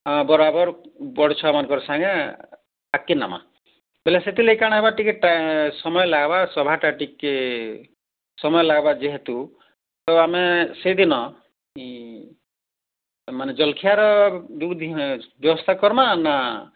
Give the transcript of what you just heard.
ହଁ ବରାବର ବଡ଼୍ ଛୁଆମାନଙ୍କର ସାଙ୍ଗେ ଆଗକେ ନମା ବୋଲେ ସେଥି ଲାଗି କାଣା ହବା ଟିକେ ସମୟ ଲାଗିବାର ସଭାଟା ଟିକିଏ ସମୟ ଲାଗିବା ଯେହେତୁ ଆମେ ସେଦିନ ଆମେ ଜଲଖିଆର ବ୍ୟବସ୍ଥା କରିମା ନା